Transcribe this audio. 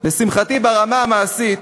לשמחתי, ברמה המעשית,